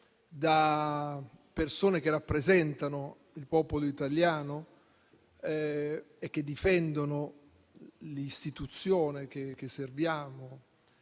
da persone che rappresentano il popolo italiano e difendono l'istituzione che serviamo,